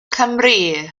cymry